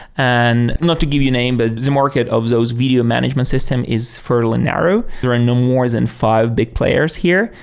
and not to give you name, but the market of those video management system is fairly narrow. there are no more than five big players here.